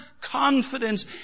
confidence